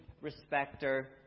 respecter